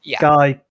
Guy